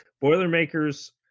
Boilermakers